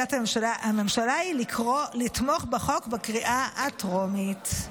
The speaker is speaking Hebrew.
עמדת הממשלה היא לתמוך בחוק בקריאה הטרומית.